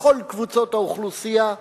לכל קבוצות האוכלוסייה,